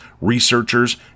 researchers